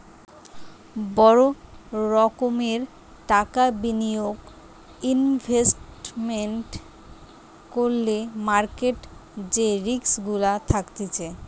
বড় রোকোমের টাকা বিনিয়োগ ইনভেস্টমেন্ট করলে মার্কেট যে রিস্ক গুলা থাকতিছে